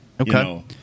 Okay